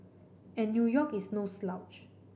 and New York is no slouch